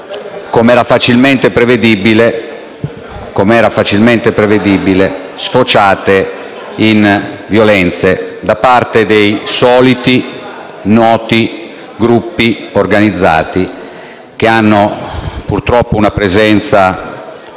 come era facilmente prevedibile, sfociate in violenze da parte dei soliti noti gruppi organizzati, che sono purtroppo una presenza